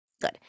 good